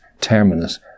terminus